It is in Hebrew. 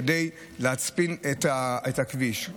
כדי להצפין את הכביש.